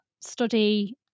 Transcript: study